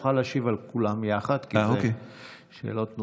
תוכל להשיב על כולן יחד, כי אלו שאלות נוספות.